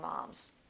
moms